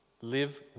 live